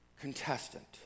contestant